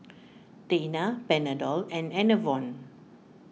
Tena Panadol and Enervon